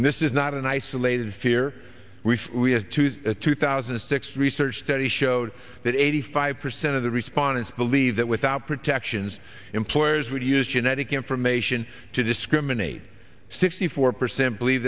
and this is not an isolated fear we have two thousand and six research study showed that eighty five percent of the respondents believe that without protections employers would use genetic information to discriminate sixty four percent believe